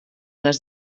les